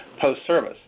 post-service